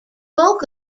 bulk